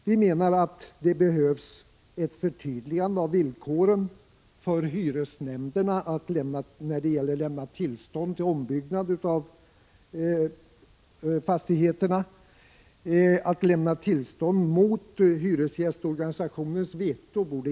Vi anser att det behövs ett förtydligande av villkoren för hyresnämndernas tillstånd till ombyggnad av fastigheter. Det borde inte få förekomma att man lämnar tillstånd mot hyresgästorganisationens veto.